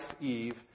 Eve